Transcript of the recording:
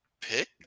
pick